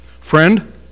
friend